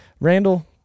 Randall